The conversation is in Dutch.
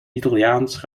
italiaans